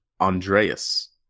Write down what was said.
andreas